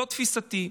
זאת תפיסתי.